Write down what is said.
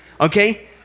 okay